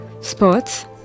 sports